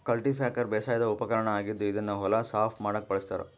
cultipacker ಬೇಸಾಯದ್ ಉಪಕರ್ಣ್ ಆಗಿದ್ದ್ ಇದನ್ನ್ ಹೊಲ ಸಾಫ್ ಮಾಡಕ್ಕ್ ಬಳಸ್ತಾರ್